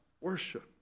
worship